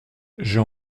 j’ai